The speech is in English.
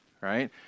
right